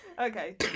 Okay